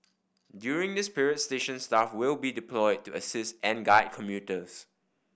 during this period station staff will be deployed to assist and guide commuters